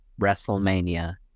WrestleMania